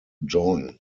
join